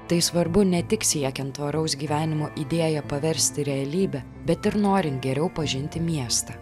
tai svarbu ne tik siekiant oraus gyvenimo idėją paversti realybe bet ir norint geriau pažinti miestą